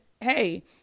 hey